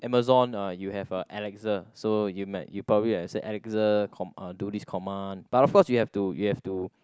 Amazon uh you have a Alexa so you might you probably have to say Alexa uh do this command but of course you have to you have to